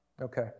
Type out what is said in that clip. Okay